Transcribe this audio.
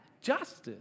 justice